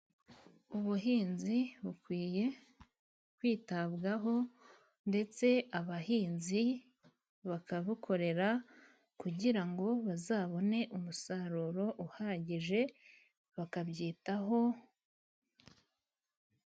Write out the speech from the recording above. Ubuhinzi bukwiye kwitabwaho ndetse abahinzi bakabukorera, kugira ngo bazabone umusaruro uhagije bakabyitaho.